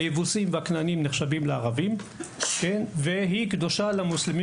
היבוסיים והכנענים נחשבים לערבים והיא קדושה למוסלמים